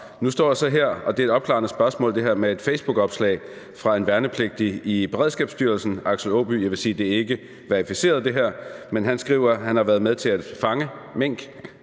Nu står jeg så her med et opklarende spørgsmål i forhold til et facebookopslag fra en værnepligtig i Beredskabsstyrelsen, Axel Aaby. Jeg vil sige, at det her ikke er verificeret – men han skriver, at han har været med til at fange mink,